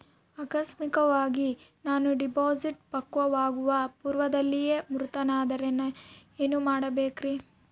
ಆಕಸ್ಮಿಕವಾಗಿ ನಾನು ಡಿಪಾಸಿಟ್ ಪಕ್ವವಾಗುವ ಪೂರ್ವದಲ್ಲಿಯೇ ಮೃತನಾದರೆ ಏನು ಮಾಡಬೇಕ್ರಿ?